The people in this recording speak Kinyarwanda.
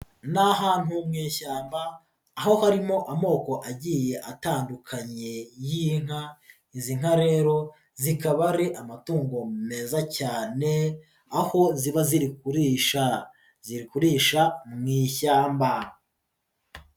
Ni ahantu mu ishyamba aho harimo amoko agiye atandukanye y'inka, izi nka rero zikaba ari amatungo meza cyane aho ziba ziri kurisha, zigurisha mu ishyamba.